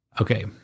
Okay